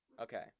Okay